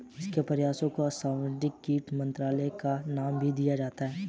इनके प्रयासों को समन्वित कीट नियंत्रण का नाम भी दिया जाता है